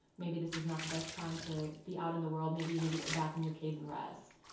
maybe this is not the best time to be out of in the world, maybe you need to go back in your cave and rest.